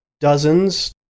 dozens